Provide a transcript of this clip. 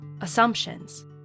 assumptions